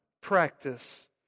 practice